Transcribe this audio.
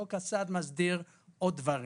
חוק הסעד מסדיר עוד דברים,